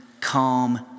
calm